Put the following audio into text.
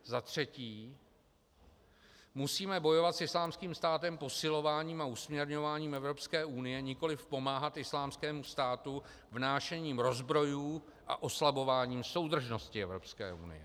Za třetí, musíme bojovat s Islámským státem posilováním a usměrňováním Evropské unie, nikoliv pomáhat Islámskému státu vnášením rozbrojů a oslabováním soudržnosti Evropské unie.